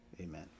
Amen